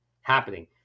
happening